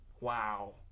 Wow